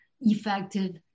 effective